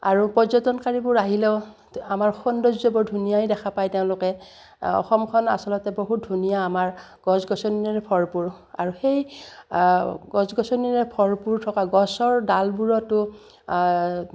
আৰু পৰ্যটনকাৰীবোৰ আহিলেও আমাৰ সৌন্দৰ্যবৰ ধুনীয়াই দেখা পায় তেওঁলোকে অসমখন আচলতে বহুত ধুনীয়া আমাৰ গছ গছনিৰে ভৰপূৰ আৰু সেই গছ গছনিৰে ভৰপূৰ থকা গছৰ ডালবোৰতো